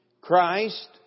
Christ